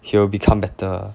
he will become better